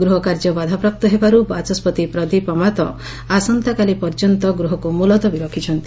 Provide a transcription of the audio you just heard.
ଗୃହ କାର୍ଯ୍ୟ ବାଧାପ୍ରାପ୍ତ ହେବାରୁ ବାଚସ୍ୱତି ପ୍ରଦୀପ ଅମାତ ଆସନ୍ତାକାଲି ପର୍ଯ୍ୟନ୍ତ ଗୃହକୁ ମୁଲତବୀ ରଖିଛନ୍ତି